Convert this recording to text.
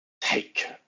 take